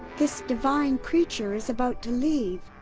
this divine creature is about to leave.